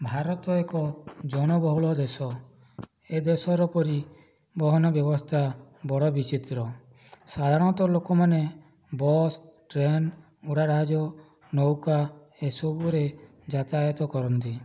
ଭାରତ ଏକ ଜନବହୁଳ ଦେଶ ଏ ଦେଶର ପରିବହନ ବ୍ୟବସ୍ଥା ବଡ଼ ବିଚିତ୍ର ସାଧାରଣତଃ ଲୋକମାନେ ବସ୍ ଟ୍ରେନ୍ ଉଡ଼ାଜାହାଜ ନୌକା ଏସବୁରେ ଯାତାୟାତ କରନ୍ତି